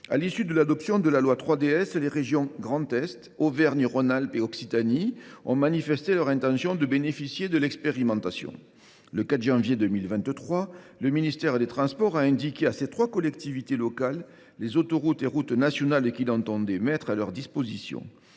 À l’issue de l’adoption de la loi 3DS, les régions Grand Est, Auvergne Rhône Alpes et Occitanie ont manifesté leur souhait de bénéficier de l’expérimentation. Le 4 janvier 2023, le ministère des transports a indiqué à ces trois collectivités locales les autoroutes et routes nationales qu’il entendait mettre à leur disposition,